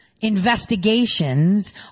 investigations